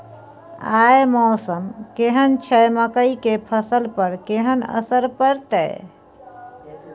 आय मौसम केहन छै मकई के फसल पर केहन असर परतै?